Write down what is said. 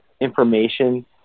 information